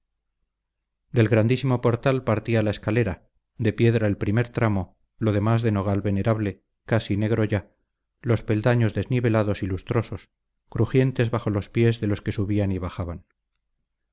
del grandísimo portal partía la escalera de piedra el primer tramo lo demás de nogal venerable casi negro ya los peldaños desnivelados y lustrosos crujientes bajo los pies de los que subían y bajaban